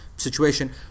situation